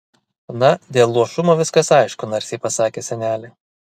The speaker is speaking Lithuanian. na dėl luošumo viskas aišku narsiai pasakė senelė